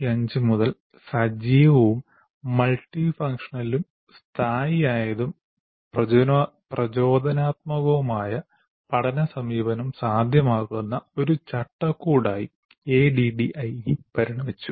1975 മുതൽ സജീവവും മൾട്ടി ഫങ്ഷണലും സ്ഥായിയായതും പ്രചോദനാത്മകവുമായ പഠന സമീപനം സാധ്യമാക്കുന്ന ഒരു ചട്ടക്കൂടായി ADDIE പരിണമിച്ചു